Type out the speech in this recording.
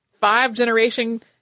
five-generation